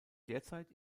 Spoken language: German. derzeit